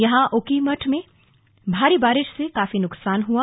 यहां ऊखीमठ में भारी बारिश से काफी नुकसान हुआ